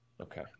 okay